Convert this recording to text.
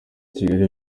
kigali